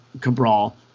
Cabral